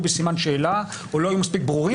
בסימן שאלה או לא היו מספיק ברורים.